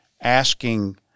asking